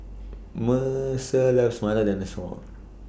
Mercer loves Milo Dinosaur